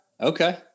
okay